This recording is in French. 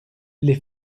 les